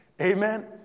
Amen